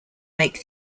make